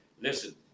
listen